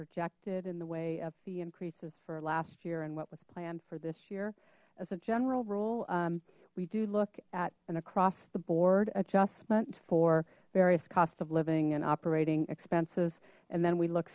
projected in the way of fee increases for last year and what was planned for this year as a general rule we do look at an across the board adjustment for various cost of living and operating expenses and then we look